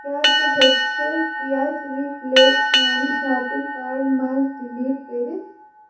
کیٛاہ ژٕ ہیٚککھٕ کیٛاہ چِلی فٕلیکٕس میٛانہِ شاپِنٛگ کاٹ منٛز ڈِلیٖٹ کٔرِتھ